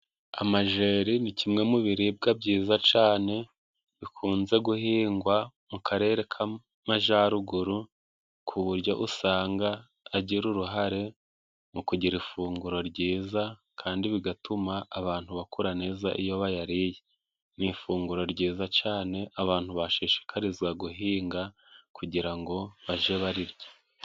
Amajeri ni kimwe mu biribwa byiza cane bikunze guhingwa mu karere k'amajaruguru ku buryo usanga agira uruhare mu kugira ifunguro ryiza kandi bigatuma abantu bakura neza iyo bayariye. Ni ifunguro ryiza cane abantu bashishikariza guhinga kugira ngo baje barirye.